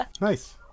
Nice